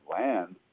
land